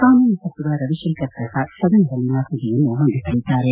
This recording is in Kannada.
ಕಾನೂನು ಸಚಿವ ರವಿಶಂಕರ್ ಪ್ರಸಾದ್ ಸದನದಲ್ಲಿ ಮಸೂದೆಯನ್ನು ಮಂಡಿಸಲಿದ್ದಾರೆ